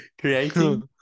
Creating